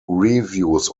reviews